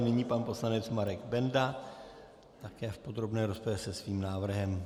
Nyní pan poslanec Marek Benda také v podrobné rozpravě se svým návrhem.